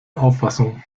auffassung